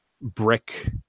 brick